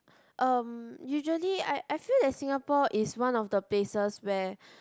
um usually I I feel that Singapore is one of the places where